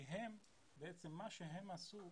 כי מה שהם עשו,